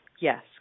Yes